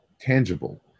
tangible